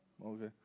Okay